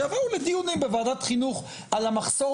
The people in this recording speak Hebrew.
שיבואו לדיונים בוועדת חינוך על המחסור